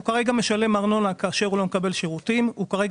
הוא כרגע משלם ארנונה כאשר הוא לא מקבל שירותים; הוא כרגע